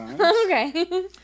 Okay